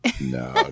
No